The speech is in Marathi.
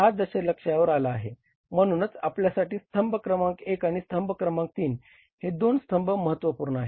6 दशलक्षांवर आला आहे म्हणूनच आपल्यासाठी स्तंभ क्रमांक 1 आणि स्तंभ क्रमांक 3 हे दोन स्तंभ महत्त्वपूर्ण आहेत